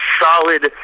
solid